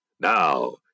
Now